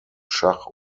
schach